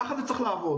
ככה זה צריך לעבוד.